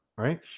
Right